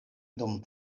dum